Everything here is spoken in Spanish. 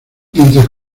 mientras